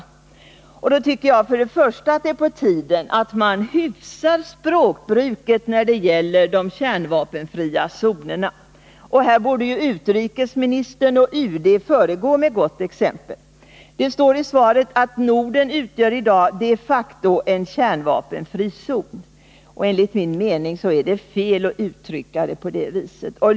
Först och främst tycker jag att det är på tiden att man hyfsar språkbruket när det gäller de kärnvapenfria zonerna. Här borde utrikesministern och UD föregå med gott exempel. Det står i svaret: ”Norden utgör i dag de facto en kärnvapenfri zon.” Enligt min mening är det fel att uttrycka det på det viset.